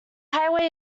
highway